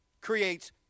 creates